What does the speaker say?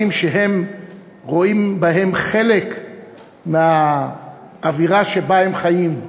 שהם רואים בהם חלק מהאווירה שבה הם חיים,